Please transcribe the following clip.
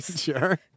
Sure